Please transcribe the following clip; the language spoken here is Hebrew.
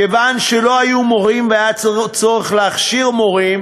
כיוון שלא היו מורים והיה צורך להכשיר מורים